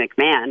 McMahon